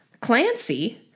Clancy